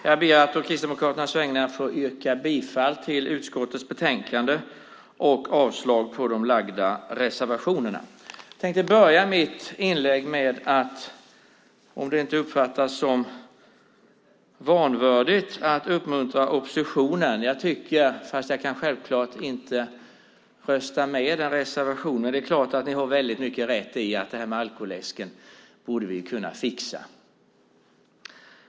Fru talman! Jag ber å Kristdemokraternas vägnar att få yrka bifall till utskottets förslag och avslag på reservationerna. Jag tänker börja mitt inlägg, om det inte uppfattas som vanvördigt, med att uppmuntra oppositionen. Jag tycker, fast jag självklart inte kan rösta på er reservation, att ni har mycket rätt i att det här med alkoläsken borde vi kunna fixa.